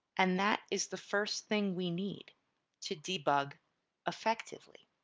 and that is the first thing we need to debug effectively.